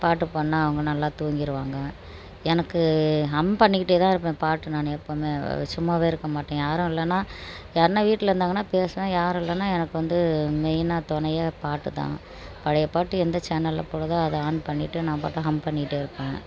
பாட்டு பாடினா அவங்க நல்லா தூங்கிருவாங்க எனக்கு ஹம் பண்ணிக்கிட்டே தான்ருப்பன் பாட்டு நான் எப்போமே சும்மாவே இருக்க மாட்டேன் யாரும் இல்லைனா யார்னா வீட்டில் இருந்தாங்கன்னா பேசவே யாரும் இல்லைனா எனக்கு வந்து மெய்னாக துணையே பாட்டுதான் பழைய பாட்டு எந்த சேனலில் போடுதோ அதை ஆன் பண்ணிகிட்டு நான்பாட்டு ஹம் பண்ணிட்டுருப்பன்